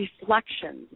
reflections